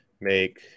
make